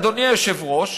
אדוני היושב-ראש,